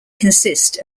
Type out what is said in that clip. consist